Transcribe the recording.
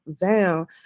down